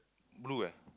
blue leh